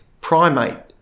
primate